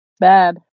bad